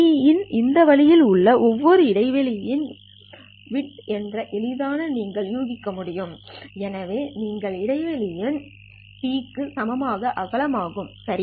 δt என்ற இந்த வழியில் உள்ள ஒவ்வொரு இடைவெளி width ம் δt என்று எளிதாக நீங்கள் யூகிக்க முடியும் எனவே ஒவ்வொரு இடைவெளி δt க்கு சமமான அகலம் ஆகும் சரி